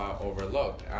overlooked